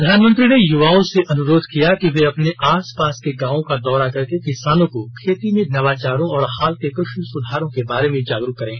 प्रधानमंत्री ने युवाओं से अनुरोध किया कि वे अपने आसपास के गांवों का दौरा करके किसानों को खेती में नवाचारों और हाल के कृषि सुधारों के बारे में जागरूक करें